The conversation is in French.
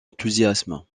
enthousiasme